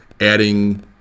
adding